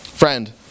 Friend